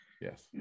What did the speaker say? Yes